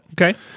okay